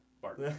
Bart